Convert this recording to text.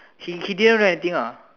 she she didn't do anything lah